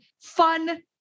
fun